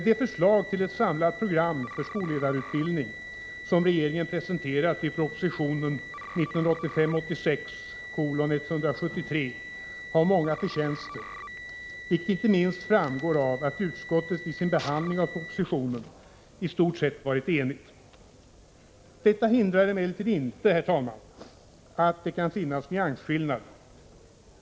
Det förslag till ett samlat program för skolledarutbildning som regeringen presenterat i proposition 1985/86:173 har många förtjänster, vilket inte minst framgår av att utskottet vid sin behandling av propositionen i stort sett varit enigt. Detta hindrar emellertid inte, herr talman, att det kan finnas nyansskillnader.